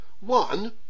one